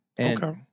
Okay